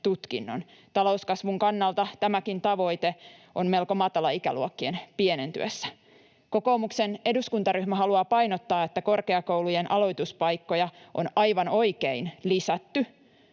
tutkinnon. Talouskasvun kannalta tämäkin tavoite on melko matala ikäluokkien pienentyessä. Kokoomuksen eduskuntaryhmä haluaa painottaa, että korkeakoulujen aloituspaikkoja on aivan oikein lisätty,